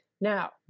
Now